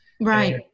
Right